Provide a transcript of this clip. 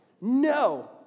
No